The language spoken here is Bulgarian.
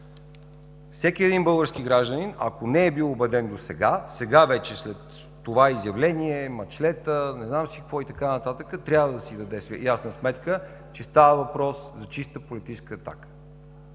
всеки един български гражданин, ако не е бил убеден досега, сега вече, след това изявление – „мачлета”, не знам си какво и така нататък, трябва да си даде ясна сметка, че става въпрос за чиста политическа атака.